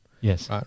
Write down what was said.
Yes